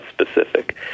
specific